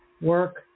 work